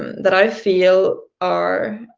that i feel are